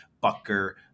Bucker